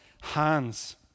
hands